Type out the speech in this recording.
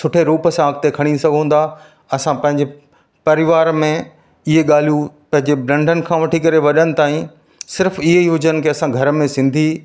सुठे रूप सां अॻिते खणी सघूं था असां पंहिंजे परिवार में इहे ॻाल्हियूं पंहिंजे नंढनि खां वठी करे वॾनि ताईं सिर्फ़ु इहेई हुजनि की असां घर में सिंधी